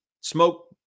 smoke